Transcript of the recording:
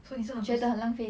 so this one 不是